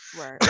right